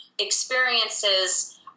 experiences